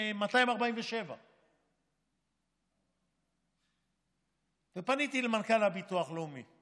10,247. פניתי למנכ"ל הביטוח הלאומי.